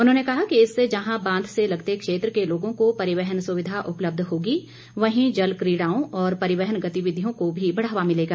उन्होंने कहा कि इससे जहां बांध से लगते क्षेत्र के लोगों को परिवहन सुविधा उपलब्ध होगी वहीं जल क्रीडाओं और परिवहन गतिविधियों को भी बढ़ावा मिलेगा